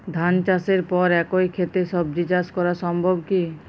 ধান চাষের পর একই ক্ষেতে সবজি চাষ করা সম্ভব কি?